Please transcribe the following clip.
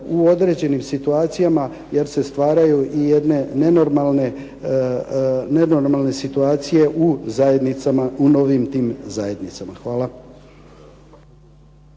u određenim situacijama jer se stvaraju i jedne nenormalne situacije u novim tim zajednicama. Hvala.